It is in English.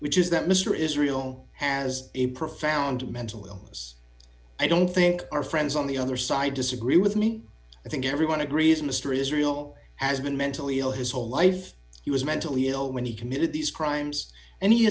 which is that mr israel has a profound mental illness i don't think our friends on the other side disagree with me i think everyone agrees mr israel has been mentally ill his whole life he was mentally ill when he committed these crimes and he